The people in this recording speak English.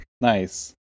Nice